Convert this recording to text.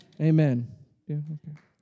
Amen